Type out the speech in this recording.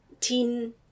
teen